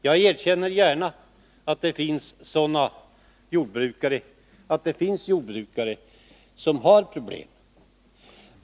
Jag erkänner gärna att det finns jordbrukare som har problem.